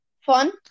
fun